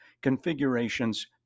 configurations